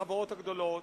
בחברות הגדולות.